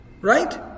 Right